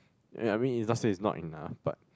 ya I mean is not say is not enough but